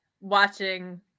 watching